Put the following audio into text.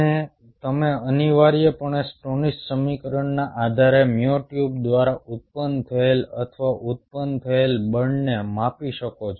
અને તમે અનિવાર્યપણે સ્ટોનીસ સમીકરણના આધારે મ્યોટ્યુબ દ્વારા ઉત્પન્ન થયેલ અથવા ઉત્પન્ન થયેલ બળને માપી શકો છો